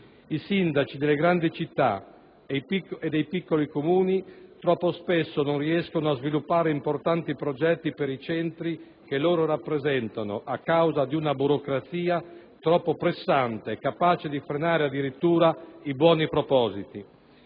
I sindaci delle grandi città e dei piccoli Comuni troppo spesso non riescono a sviluppare importanti progetti per i centri che loro rappresentano a causa di una burocrazia troppo pressante, capace di frenare addirittura i buoni propositi.